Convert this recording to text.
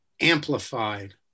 amplified